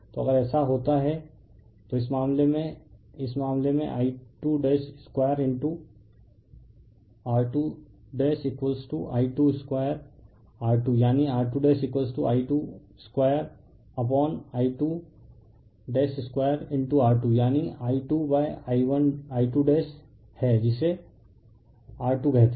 तो अगर ऐसा है तो इस मामले में इस मामले में I22R2I22R2 यानी R2I22 अप ओन I22R2 यानी I2I2 है जिसे 2R2 कहते हैं